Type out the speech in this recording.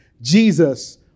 Jesus